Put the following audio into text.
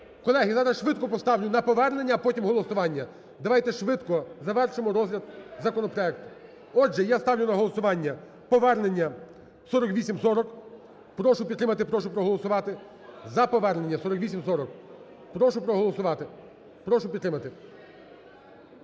Колеги, зараз швидко поставлю на повернення, а потім голосування. Давайте швидко завершимо розгляд законопроекту. Отже, я ставлю на голосування повернення 4840. Прошу підтримати, прошу проголосувати за повернення 4840. Прошу проголосувати. прошу підтримати.